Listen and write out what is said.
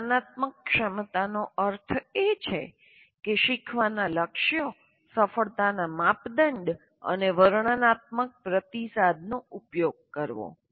જ્ઞાનાત્મક ક્ષમતાનો અર્થ એ છે કે શીખવાના લક્ષ્યો સફળતાના માપદંડ અને વર્ણનાત્મક પ્રતિસાદનો ઉપયોગ કરવો